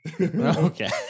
Okay